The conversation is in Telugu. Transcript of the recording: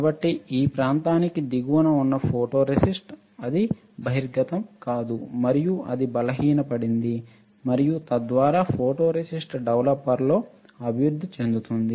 కాబట్టి ఈ ప్రాంతానికి దిగువన ఉన్న ఫోటోరేసిస్ట్ అది బహిర్గతం కాదు మరియు అది బలహీనపడింది మరియు తరువాత ఫోటోరేసిస్ట్ డెవలపర్లో అభివృద్ధి చెందింది